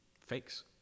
fakes